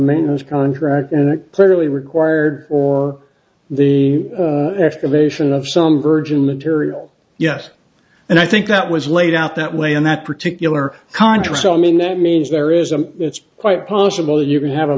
maintenance contract and it clearly required or the escalation of some virgin material yes and i think that was laid out that way in that particular contract so i mean that means there is a it's quite possible you could have a